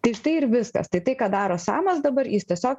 tai štai ir viskas tai tai ką daro samas dabar jis tiesiog